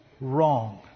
wrong